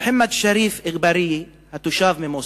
מוחמד שריף אגבאריה, תושב מוסמוס,